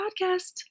podcast